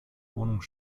wohnung